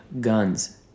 Guns